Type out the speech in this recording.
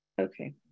Okay